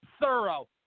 thorough